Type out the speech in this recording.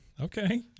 Okay